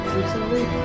recently